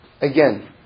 Again